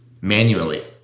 manually